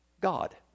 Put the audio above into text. God